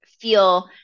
feel